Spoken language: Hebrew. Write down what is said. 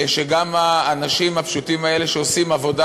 שגם האנשים הפשוטים האלה שעושים עבודה,